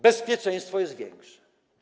Bezpieczeństwo jest większe.